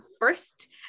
first